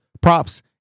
props